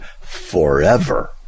forever